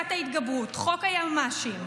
פסקת ההתגברות, חוק היועמ"שים,